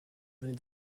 venais